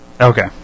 Okay